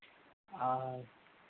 हाँ